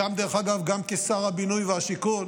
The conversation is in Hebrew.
דרך אגב, גם כשר הבינוי והשיכון